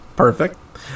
Perfect